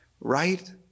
right